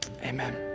Amen